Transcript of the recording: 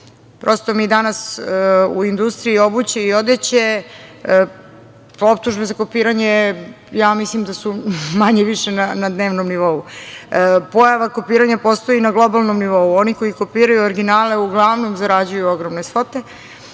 Prosto, mi danas u industriji obuće i odeće po optužbi za kopiranje, ja mislim da su, manje više na dnevnom nivou. Pojava kopiranja postoji na globalnom nivou. Oni koji kopiraju originale uglavnom zarađuju ogromne svote